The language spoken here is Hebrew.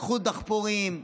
לקחו דחפורים,